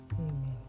Amen